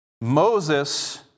Moses